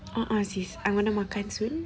a'ah sis I wanna makan soon